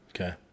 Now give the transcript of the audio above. Okay